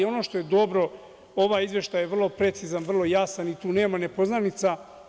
Ono što je dobro ovaj izveštaj je vrlo precizan, vrlo jasan i tu nema nepoznanica.